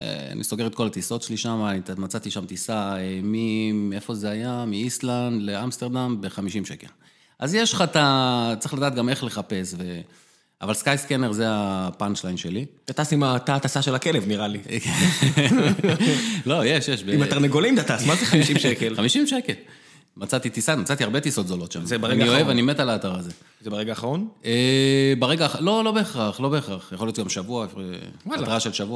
אני סוגר את כל הטיסות שלי שם, מצאתי שם טיסה, מי, איפה זה היה, מאיסלנד לאמסטרדם, ב-50 שקל. אז יש לך את ה... צריך לדעת גם איך לחפש. אבל סקיי סקיינר זה הפאנצ'ליין שלי. אתה טס עם התא הטסה של הכלב, נראה לי. כן. לא, יש, יש. אם אתה התרנגולים אתה טס, מה זה 50 שקל? 50 שקל. מצאתי טיסה, מצאתי הרבה טיסות זולות שם. זה ברגע האחרון? אני אוהב, אני מת על האתר הזה. זה ברגע האחרון? ברגע ה... לא, לא בהכרח, לא בהכרח. יכול להיות גם שבוע, התראה של שבוע.